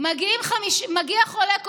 מגיע חולה קורונה,